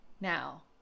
Now